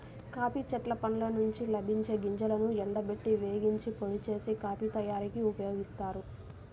coffee చెట్ల పండ్ల నుండి లభించే గింజలను ఎండబెట్టి, వేగించి, పొడి చేసి, కాఫీ తయారీకి ఉపయోగిస్తారు